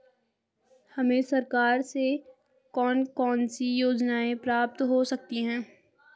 हमें सरकार से कौन कौनसी योजनाएँ प्राप्त हो सकती हैं?